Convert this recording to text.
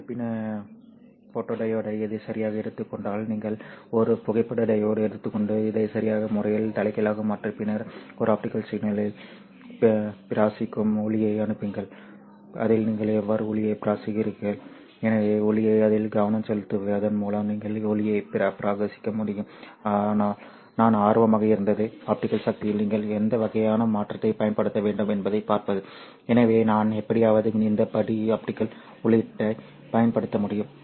நீங்கள் பின் ஃபோட்டோடியோடை சரியாக எடுத்துக் கொண்டால் நீங்கள் ஒரு புகைப்பட டையோடு எடுத்துக்கொண்டு இதை சரியான முறையில் தலைகீழாக மாற்றி பின்னர் ஒரு ஆப்டிகல் சிக்னலில் பிரகாசிக்கும் ஒளியை அனுப்புங்கள் அதில் நீங்கள் எவ்வாறு ஒளியைப் பிரகாசிக்கிறீர்கள் எனவே ஒளியை அதில் கவனம் செலுத்துவதன் மூலம் நீங்கள் ஒளியைப் பிரகாசிக்க முடியும் ஆனால் நான் ஆர்வமாக இருந்தது ஆப்டிகல் சக்தியில் நீங்கள் எந்த வகையான மாற்றத்தை பயன்படுத்த வேண்டும் என்பதைப் பார்ப்பது எனவே நான் எப்படியாவது இந்த படி ஆப்டிகல் உள்ளீட்டைப் பயன்படுத்த முடியும்